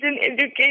education